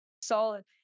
Solid